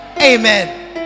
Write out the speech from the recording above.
Amen